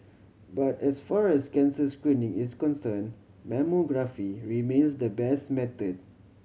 but as far as cancer screening is concern mammography remains the best method